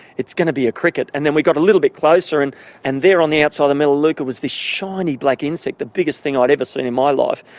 it's going to be a cricket! and then we got a little bit closer and and there on the outside of the melaleuca was this shiny black insect, the biggest thing i'd ever seen in my life,